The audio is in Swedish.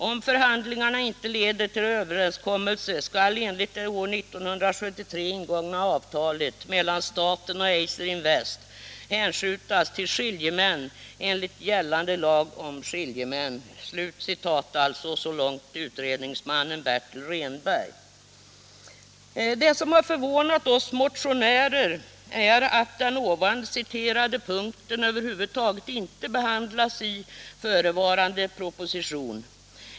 ——-- Om förhandlingarna inte leder till överenskommelse skall enligt det år 1973 ingångna avtalet mellan Eiser Invest och staten frågan hänskjutas till skiljemän enligt gällande lag om skiljemän.” Det som förvånat oss motionärer är att den här citerade punkten över huvud taget inte har behandlats i förevarande proposition.